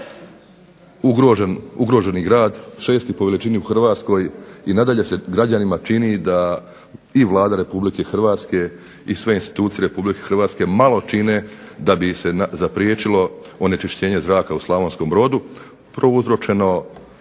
ugroženi grad, šesti po veličini u Hrvatskoj, i nadalje se građanima čini da i Vlada Republike Hrvatske i sve institucije Republike Hrvatske malo čine da bi se zapriječilo onečišćenje zraka u Slavonskom Brodu, prouzročeno